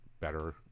better